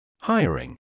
Hiring